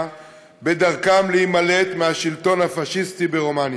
בדרכם להימלט מהשלטון הפאשיסטי ברומניה.